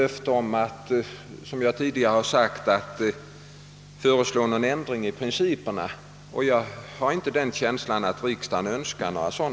Jag kan inte, som jag tidigare har sagt, ge något löfte om att föreslå en ändring av principerna, och jag har inte heller någon känsla av att riksdagen önskar en sådan.